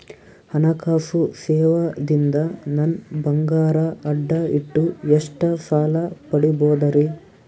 ಹಣಕಾಸು ಸೇವಾ ದಿಂದ ನನ್ ಬಂಗಾರ ಅಡಾ ಇಟ್ಟು ಎಷ್ಟ ಸಾಲ ಪಡಿಬೋದರಿ?